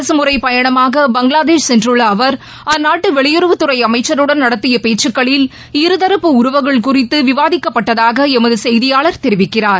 அரசுமுறைப் பயணமா பங்ளாதேஷ் சென்றுள்ள அவர் அந்நாட்டு வெளியுறவுத்துறை அமைச்சருடன் நடத்திய பேச்சுக்களில் இருதரப்பு உழவுகள் குறித்து விவாதிக்கப்பட்டதாக எமது செய்தியாளர் தெரிவிக்கிறார்